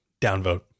downvote